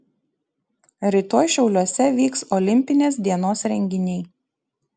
rytoj šiauliuose vyks olimpinės dienos renginiai